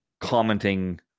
commenting